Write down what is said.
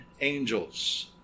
angels